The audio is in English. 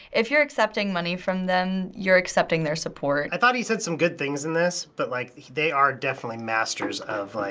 if you're accepting money from them, you're accepting their support. i thought he said some good things in this, but like they are definitely masters of like